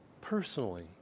personally